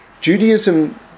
Judaism